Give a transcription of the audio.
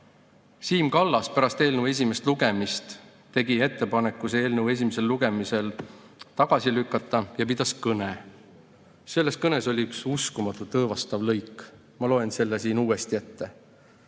Siim Kallas pärast eelnõu esimest lugemist tegi ettepaneku see eelnõu esimesel lugemisel tagasi lükata ja pidas kõne. Selles kõnes oli üks uskumatult õõvastav lõik. Ma loen selle uuesti ette.